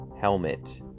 Helmet